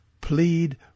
plead